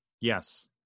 Yes